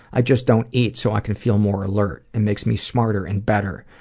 i just don't eat so i can feel more alert. it makes me smarter and better.